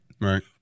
right